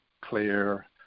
clear